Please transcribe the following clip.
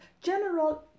General